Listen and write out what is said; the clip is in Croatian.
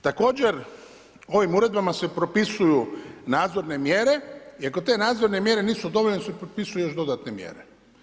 Također ovim uredbama se propisuju nadzorne mjere i ako te nadzorne mjere nisu dovoljne onda se propisuju još dodatne mjere.